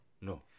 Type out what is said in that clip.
No